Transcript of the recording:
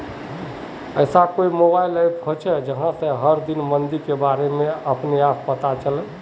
ऐसा कोई mobile app होचे जहा से हर दिन मंडीर बारे अपने आप पता चले?